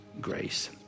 grace